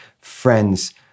friend's